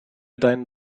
deinen